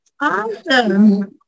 Awesome